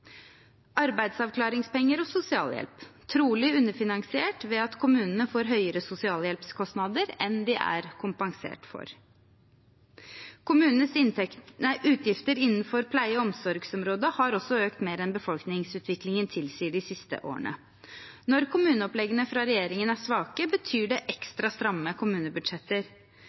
arbeidsavklaringspenger og sosialhjelp trolig er underfinansiert ved at kommunene får høyere sosialhjelpskostnader enn de er kompensert for. Kommunenes utgifter innenfor pleie- og omsorgsområdet har også økt mer de siste årene enn befolkningsutviklingen tilsier. Når kommuneoppleggene fra regjeringen er svake, betyr det ekstra stramme kommunebudsjetter.